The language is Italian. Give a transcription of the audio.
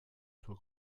suo